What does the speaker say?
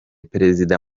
perezida